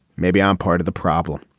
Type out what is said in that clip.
maybe i'm part of the problem.